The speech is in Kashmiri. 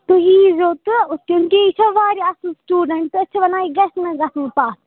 تُہۍ ییٖزیو تہٕ کیونکہِ یہِ چھےٚ واریاہ اَصٕل سِٹوڈنٛٹ تہٕ أسۍ چھِ وَنان یہِ گژھِ نہٕ گژھٕنۍ پَتھ